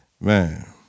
Man